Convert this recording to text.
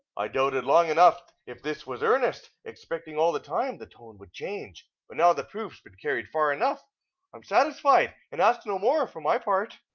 i doubted long enough if this was earnest, expecting all the time the tone would change but now the proof's been carried far enough i'm satisfied, and ask no more, for my part.